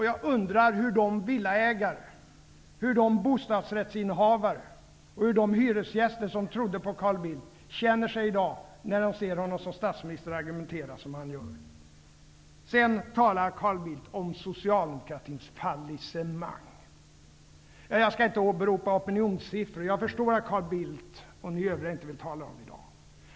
Jag undrar hur de villaägare, bostadsrättsinnehavare och hyresgäster som trodde på Carl Bildt känner sig i dag när de ser honom som statsminister argumentera som han gör. Sedan talar Carl Bildt om socialdemokratins fallisemang. Jag skall inte åberopa opinionssiffror. Jag förstår att Carl Bildt och ni övriga inte vill tala om dem i dag.